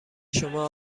شما